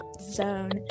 zone